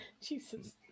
jesus